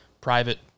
private